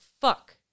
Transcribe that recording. fuck